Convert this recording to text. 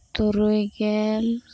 ᱛᱩᱨᱩᱭ ᱜᱮᱞ